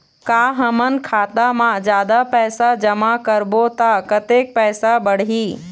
का हमन खाता मा जादा पैसा जमा करबो ता कतेक पैसा बढ़ही?